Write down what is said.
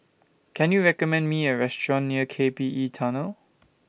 Can YOU recommend Me A Restaurant near K P E Tunnel